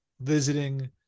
visiting